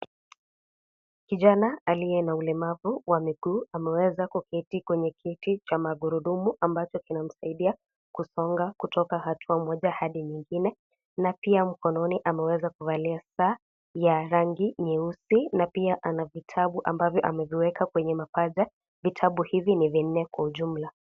Kijana aliye na ulemavu wa miguu ameweza kuketi kwenye kiti cha magurudumu ambacho kinamsaidia kusonga kutoka hatua moja hadi nyingine. Na pia mkononi ameweza kuvalia saa ya rangi nyeusi na pia ana vitabu ambavyo ameweka kwenye mapacha. Vitabu hivi ni vinne kwa jumla.